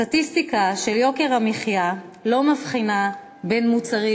הסטטיסטיקה של יוקר המחיה לא מבחינה בין מוצרים